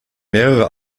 mehrere